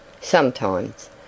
Sometimes